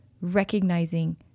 recognizing